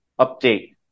update